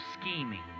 scheming